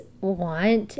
want